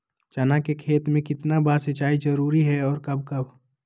चना के खेत में कितना बार सिंचाई जरुरी है और कब कब?